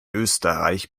österreich